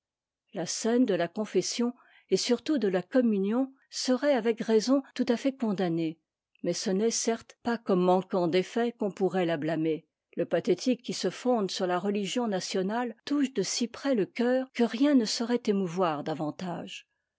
la scène de la confession et surtout de la communion serait avec raison tout à fait condamnée mais ce n'est certes pas comme manquant d'effet qu'on pourrait la marner le pathétique qui se fonde sur la religion nationale touche de si près le cœur que rien ne saurait émouvoir davantage